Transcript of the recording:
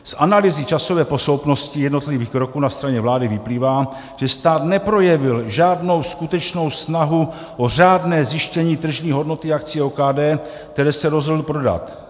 Z analýzy časové posloupnosti jednotlivých kroků na straně vlády vyplývá, že stát neprojevil žádnou skutečnou snahu o řádné zjištění tržní hodnoty akcií OKD, které se rozhodl prodat.